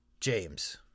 James